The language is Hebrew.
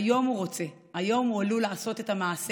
היום הוא רוצה, היום הוא עלול לעשות את המעשה,